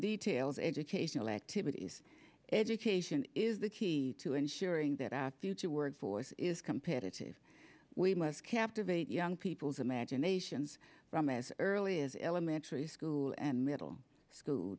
details educational activities education is the key to ensuring that out through to work force is competitive we must captivate young people's imaginations from as early as elementary school and middle school